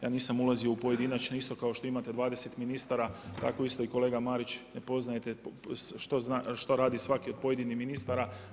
Ja nisam ulazio u pojedinačne, isto kao što imate 20 ministara, tako isto kolega Marić, ne poznajete što radi svaki od pojedinih ministara.